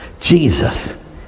Jesus